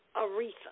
Aretha